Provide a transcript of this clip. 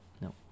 No